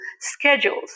schedules